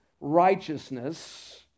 righteousness